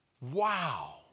Wow